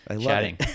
chatting